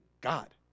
God